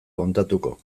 kontatuko